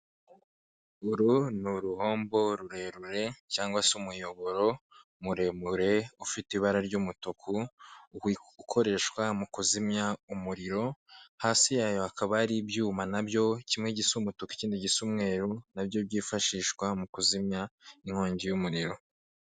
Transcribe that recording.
Ikibuga cy'ibitaka giciyemo imirongo y'umweru gifite n'inshundura hagati gikinirwaho umukino w'amaboko witwa tenisi hakurya hari aho abafana bicara, hakurya hari ishyamba ry'ibiti byinshi.